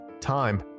time